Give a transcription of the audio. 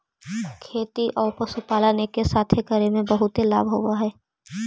खेती आउ पशुपालन एके साथे करे से बहुत लाभ होब हई